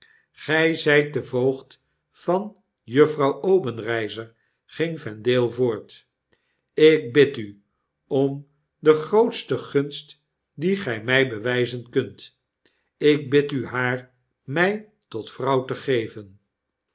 zgt de voogd van juffrouw obenreizer ging vendale voort lk bid u om de grootste gunst die gg mg bewgzen kunt ik bid u haar mij tot vrouw te geven